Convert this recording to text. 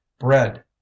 Bread